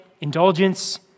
indulgence